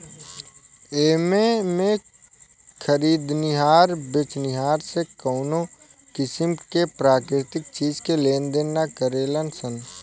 एमें में खरीदनिहार बेचनिहार से कवनो किसीम के प्राकृतिक चीज के लेनदेन ना करेलन सन